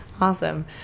Awesome